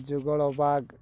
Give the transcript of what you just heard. Jugal Bag